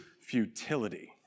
futility